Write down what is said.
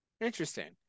interesting